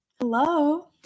Hello